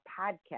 podcast